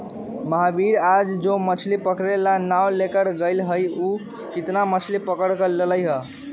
महावीर आज जो मछ्ली पकड़े ला नाव लेकर गय लय हल ऊ कितना मछ्ली पकड़ कर लल कय?